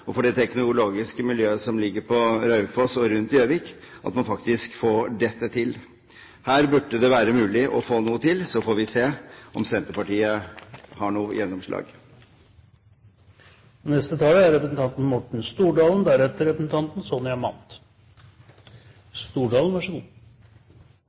viktig for det teknologiske miljøet der og for det teknologiske miljøet som ligger på Raufoss og rundt Gjøvik, at man får dette til. Her burde det være mulig å få til noe. Vi får se om Senterpartiet har noe gjennomslag. Det er